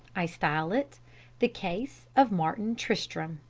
i style it the case of martin tristram.